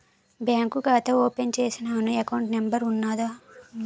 bank ఖాతా open చేసినాను account number ఉన్నాద్దాన్ల